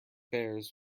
bears